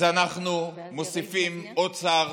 אז אנחנו מוסיפים עוד שר